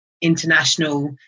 international